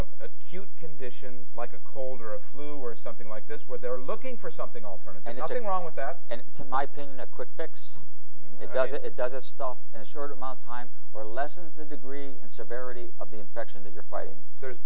of acute conditions like a cold or a flu or something like this where they're looking for something alternate and nothing wrong with that and to my opinion a quick fix if it does this stuff in a short amount of time or lessens the degree and severity of the infection that you're fighting there's